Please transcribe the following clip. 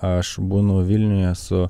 aš būnu vilniuje su